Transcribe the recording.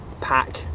pack